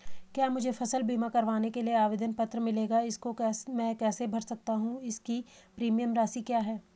क्या मुझे फसल बीमा करवाने के लिए आवेदन पत्र मिलेगा इसको मैं कैसे भर सकता हूँ इसकी प्रीमियम राशि क्या है?